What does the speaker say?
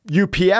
UPS